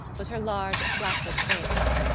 was her large flaccid face.